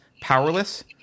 powerless